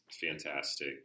fantastic